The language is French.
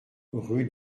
rue